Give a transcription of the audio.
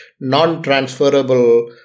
non-transferable